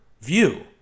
view